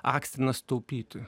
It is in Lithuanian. akstinas taupyti